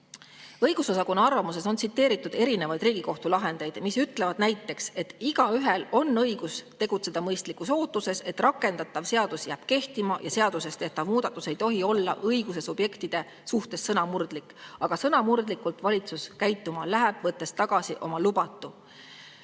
Õigusosakonna arvamuses on tsiteeritud erinevaid Riigikohtu lahendeid, mis ütlevad näiteks, et igaühel on õigus tegutseda mõistlikus ootuses, et rakendatav seadus jääb kehtima, ja seaduses tehtav muudatus ei tohi olla õiguse subjektide suhtes sõnamurdlik. Aga sõnamurdlikult valitsus käituma läheb, võttes tagasi oma lubatu.